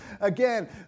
again